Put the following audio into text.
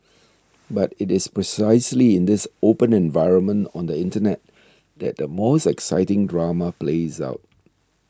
but it is precisely in this open environment on the Internet that the most exciting drama plays out